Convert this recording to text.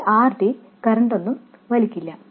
ഈ R D കറന്റൊന്നും വലിക്കില്ല